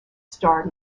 starred